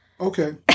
Okay